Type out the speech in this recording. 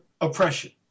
oppression